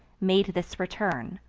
made this return